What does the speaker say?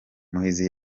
muhizi